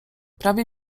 prawie